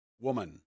woman